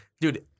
dude